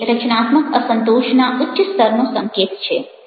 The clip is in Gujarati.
તે રચનાત્મક અસંતોષના ઉચ્ચ સ્તરનો સંકેત છે